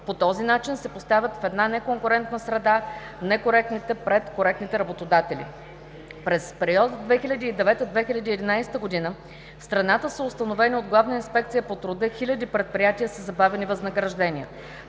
По този начин се поставят в една неконкурентна среда некоректните пред коректните работодатели. През периода 2009 г. – 2011 г. в страната са установени от Главна инспекция по труда хиляди предприятия със забавени възнаграждения.